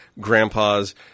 grandpa's